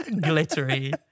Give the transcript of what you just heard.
glittery